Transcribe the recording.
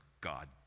God